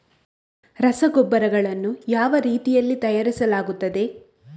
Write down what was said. ರಸಗೊಬ್ಬರಗಳನ್ನು ಯಾವ ರೀತಿಯಲ್ಲಿ ತಯಾರಿಸಲಾಗುತ್ತದೆ?